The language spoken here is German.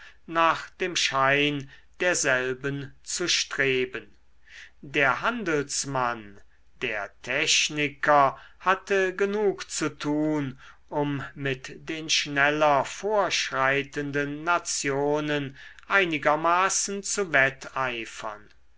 nach dem schein derselben zu streben der handelsmann der techniker hatte genug zu tun um mit den schneller vorschreitenden nationen einigermaßen zu wetteifern